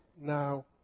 now